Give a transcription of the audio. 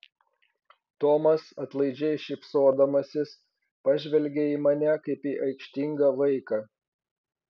tomas atlaidžiai šypsodamasis pažvelgė į mane kaip į aikštingą vaiką